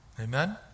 Amen